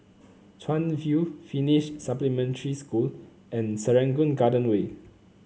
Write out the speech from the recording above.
Chuan View Finnish Supplementary School and Serangoon Garden Way